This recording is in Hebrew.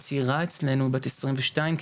הצעירה אצלנו בת עשרים ושתיים,